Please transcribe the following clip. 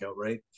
right